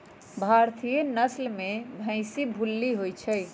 भारतीय नसल में भइशी भूल्ली होइ छइ